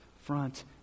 front